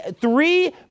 three